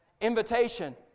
invitation